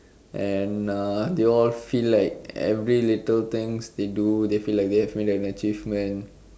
and uh they all feel like everything little things they do they feel like they have made an achievement